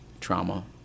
trauma